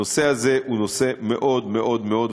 הנושא הזה הוא נושא מאוד מאוד מאוד,